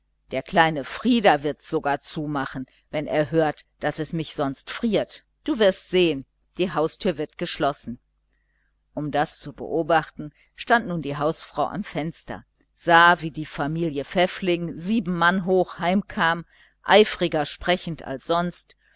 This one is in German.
der kleine frieder sogar wird zumachen wenn er hört daß es mich sonst friert du wirst sehen die haustüre wird geschlossen um das zu beobachten stand nun die hausfrau am fenster sah wie die familie pfäffling sieben mann hoch heim kam eifriger sprechend als sonst